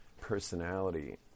personality